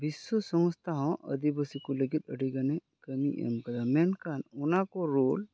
ᱵᱤᱥᱥᱚ ᱥᱚᱝᱥᱛᱷᱟ ᱦᱚᱸ ᱟᱹᱫᱤᱵᱟᱹᱥᱤ ᱠᱚ ᱞᱟᱹᱜᱤᱫ ᱟᱹᱰᱤ ᱜᱟᱱ ᱠᱟᱹᱢᱤ ᱮᱢ ᱠᱟᱫᱟ ᱢᱮᱱᱠᱷᱟᱱ ᱚᱱᱟ ᱠᱚ ᱨᱳᱞ